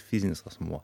fizinis asmuo